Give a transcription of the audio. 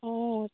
অঁ